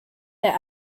der